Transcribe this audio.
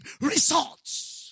results